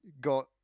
got